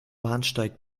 bahnsteig